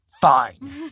fine